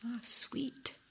Sweet